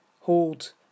hold